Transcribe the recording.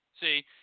See